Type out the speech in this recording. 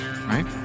right